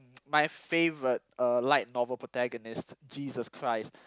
my favorite uh light novel protagonist Jesus-Christ